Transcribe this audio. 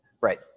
Right